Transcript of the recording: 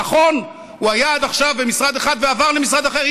נכון, הוא היה עד עכשיו במשרד אחד ועבר למשרד אחר.